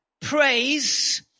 praise